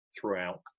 throughout